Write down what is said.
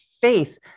faith